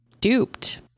duped